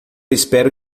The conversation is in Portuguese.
espero